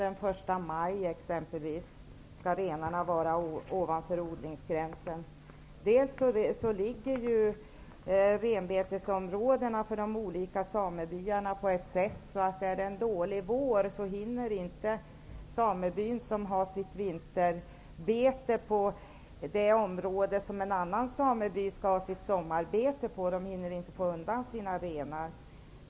Exempelvis skall renarna från den 1 maj vara ovanför odlingsgränsen. Renbetesområdena för de olika samebyarna ligger på ett sätt som innebär att om det är en dålig vår, hinner inte den sameby som har sitt vinterbete där en annan sameby skall ha sitt sommarbete få undan sina renar.